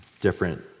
different